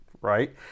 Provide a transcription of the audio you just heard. right